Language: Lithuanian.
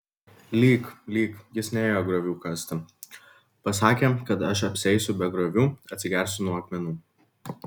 lyk lyk jis nėjo griovių kasti pasakė kad aš apsieisiu be griovių atsigersiu nuo akmenų